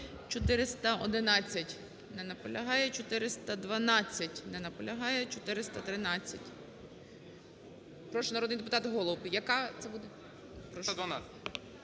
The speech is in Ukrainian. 411. Не наполягає. 412. Не наполягає. 413. Прошу, народний депутат Голуб, яка це буде?